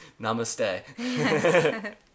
Namaste